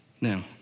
Now